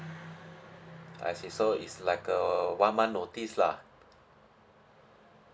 I see so it's like a one month notice lah